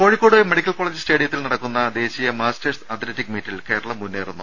Kozhikode medical college സ്റ്റേഡിയത്തിൽ നടക്കുന്ന ദേശീയ മാസ്റ്റേഴ്സ് അത്ലറ്റിക് മീറ്റിൽ കേരളം മുന്നേറുന്നു